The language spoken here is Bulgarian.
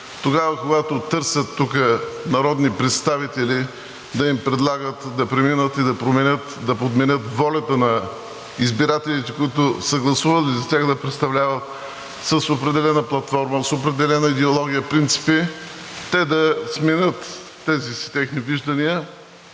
тогава, когато търсят тук народни представители да им предлагат да преминат и да променят, да подменят волята на избирателите, които са гласували за тях, да представляват с определена платформа, с определена идеология, принципи, те да сменят тези си техни виждания